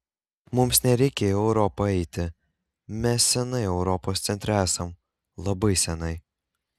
mums nereikia į europą eiti mes seniai europos centre esam labai seniai